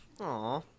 Aw